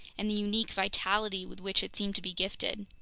and the unique vitality with which it seemed to be gifted.